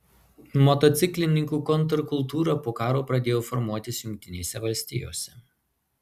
motociklininkų kontrkultūra po karo pradėjo formuotis jungtinėse valstijose